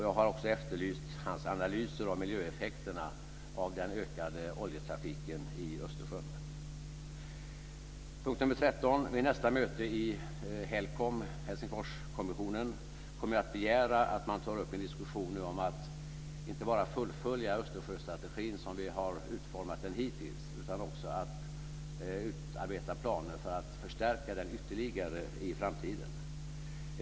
Jag har också efterlyst hans analyser av miljöeffekterna av den ökade oljetrafiken i Nästa punkt handlar om att jag, vid nästa möte i HELCOM, Helsingforskommissionen, kommer att begära att man tar upp en diskussion om att vi inte bara ska fullfölja Östersjöstrategin, som vi har utformat den hittills, utan också utarbeta planer för att förstärka den ytterligare i framtiden.